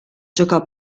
giocò